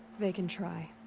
they can try.